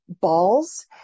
balls